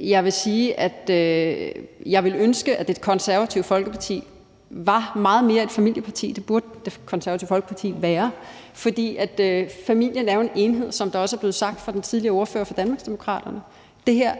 Jeg vil sige, at jeg ville ønske, at Det Konservative Folkeparti var meget mere et familieparti. Det burde Det Konservative Folkeparti være, for familien er jo en enhed, som det også er blevet sagt af den tidligere ordfører for Danmarksdemokraterne. Det her